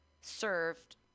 served